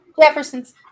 Jeffersons